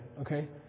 Okay